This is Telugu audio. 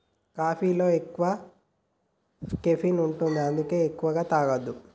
కాఫీలో ఎక్కువ కెఫీన్ ఉంటది అందుకే ఎక్కువ తాగొద్దు